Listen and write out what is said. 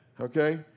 Okay